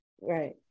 Right